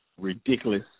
ridiculous